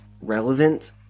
relevant